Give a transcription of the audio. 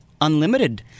unlimited